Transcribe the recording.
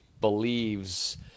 believes